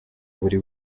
buri